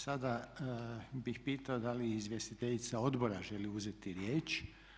Sada bih pitao da li izvjestiteljica odbora želi uzeti riječ?